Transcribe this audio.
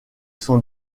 sont